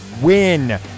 win